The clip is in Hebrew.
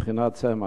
בבחינת צמח.